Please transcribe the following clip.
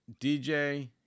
dj